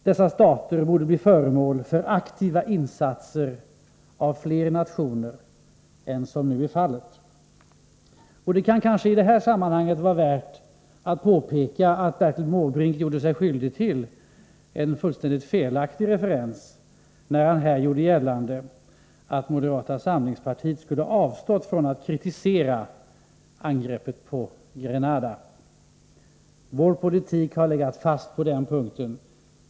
Dessa stater borde bli föremål för aktiva insatser av flera nationer än som nu är fallet. Det kan kanske i det här sammanhanget vara värt att påpeka att Bertil Måbrink gjorde sig skyldig till ett fullständigt felaktigt påstående när han gjorde gällande att moderata samlingspartiet skulle ha avstått från att kritisera angreppet på Grenada. Vår politik har legat fast på den punkten.